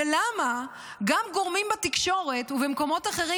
ולמה גם גורמים בתקשורת ובמקומות אחרים